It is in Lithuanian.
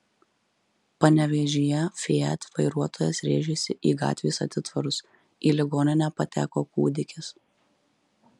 panevėžyje fiat vairuotojas rėžėsi į gatvės atitvarus į ligoninę pateko kūdikis